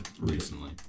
Recently